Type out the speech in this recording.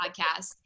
podcast